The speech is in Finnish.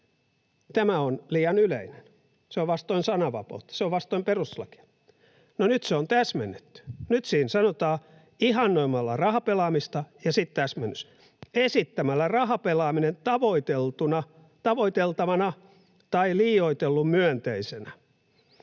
Tämä on liian yleinen. Se on vastoin sananvapautta. Se on vastoin perustuslakia. No, nyt se on täsmennetty. Nyt siinä sanotaan ”ihannoimalla rahapelaamista” — ja sitten täsmennys — ”esittämällä rahapelaaminen tavoiteltavana tai liioitellun myönteisenä”.